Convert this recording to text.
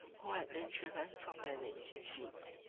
who had been driven from their native seats,